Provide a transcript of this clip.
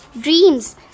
dreams